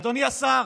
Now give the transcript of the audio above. אדוני השר,